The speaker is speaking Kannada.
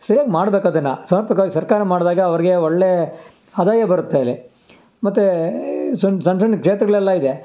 ಸರ್ಯಾಗಿ ಮಾಡ್ಬೇಕದನ್ನು ಸಮರ್ಪಕವಾಗಿ ಸರ್ಕಾರ ಮಾಡಿದಾಗ ಅವ್ರಿಗೆ ಒಳ್ಳೆ ಆದಾಯ ಬರುತ್ತೆ ಅಲ್ಲಿ ಮತ್ತು ಸಣ್ಣ ಸಣ್ಣ ಸಣ್ಣ ಕ್ಷೇತ್ರಗಳೆಲ್ಲ ಇದೆ